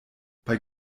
bei